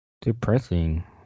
depressing